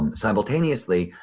and simultaneously,